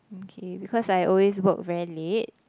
okay because I always work very late